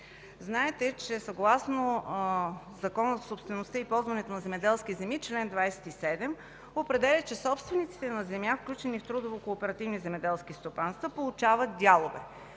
Знаете, че съгласно Закона за собствеността и ползването на земеделските земи чл. 27 определя, че собствениците на земя, включени в трудово-кооперативни земеделски стопанства, получават дялове.